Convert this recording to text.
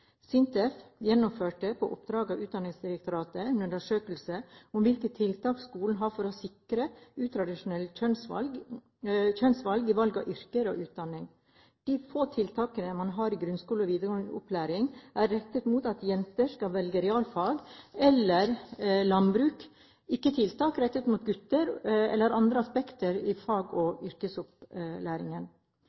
SINTEF gjennomførte på oppdrag av Utdanningsdirektoratet en undersøkelse om hvilke tiltak skolen har for å sikre kjønnsmessig utradisjonelle valg av yrke og utdanning. De få tiltakene man har i grunnskole og videregående opplæring, er rettet mot at jenter skal velge realfag eller landbruk, ikke tiltak rettet mot gutter eller mot andre aspekter i fag- og yrkesopplæringen.